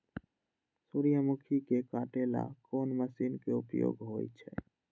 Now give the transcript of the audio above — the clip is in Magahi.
सूर्यमुखी के काटे ला कोंन मशीन के उपयोग होई छइ?